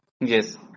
Yes